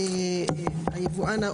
היבואן,